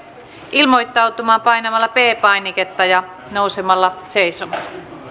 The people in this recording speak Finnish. ilmoittautumaan painamalla p painiketta ja nousemalla seisomaan